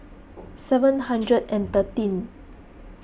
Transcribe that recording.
seven hundred and thirteen